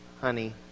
honey